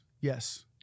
Yes